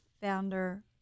founder